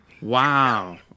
Wow